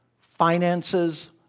finances